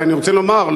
ואני רוצה לומר,